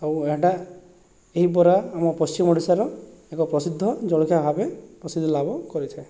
ଆଉ ଏଡ଼ା ଏହି ପରା ଆମ ପଶ୍ଚିମ ଓଡ଼ିଶାର ଏକ ପ୍ରସିଦ୍ଧ ଜଳଖିଆ ଭାବେ ପ୍ରସିଦ୍ଧି ଲାଭ କରିଥାଏ